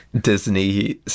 disney